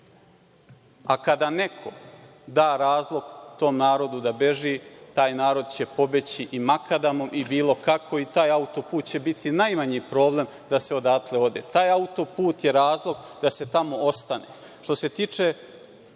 A kada neko da razlog tom narodu da beži, taj narod će pobeći i makadamom i bilo kako, i taj autoput će biti najmanji problem da se odatle ode. Taj autoput je razlog da se tamo ostane. Što se tiče